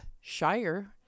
shire